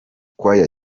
choir